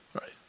Right